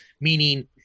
meaning